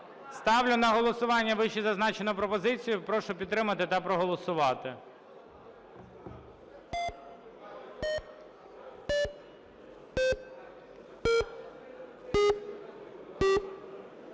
Ставлю на голосування вище зазначену пропозицію. Прошу підтримати та проголосувати.